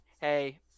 hey